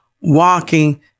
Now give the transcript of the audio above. walking